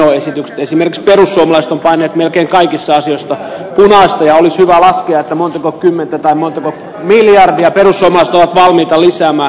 esimerkiksi perussuomalaiset ovat painaneet melkein kaikissa asioista punaista ja olisi hyvä laskea montako kymmentä tai montako miljardia perussuomalaiset ovat valmiita lisäämään valtion menoja